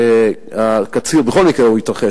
שהקציר בכל מקרה יתרחש,